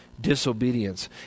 disobedience